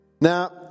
Now